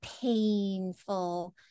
painful